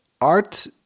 art